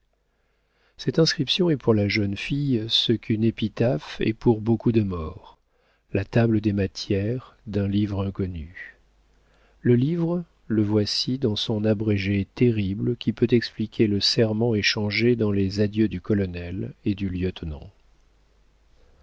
cette inscription est pour la jeune fille ce qu'une épitaphe est pour beaucoup de morts la table des matières d'un livre inconnu le livre le voici dans son abrégé terrible qui peut expliquer le serment échangé dans les adieux du colonel et du lieutenant